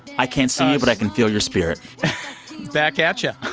i can't see you, but i can feel your spirit back at you.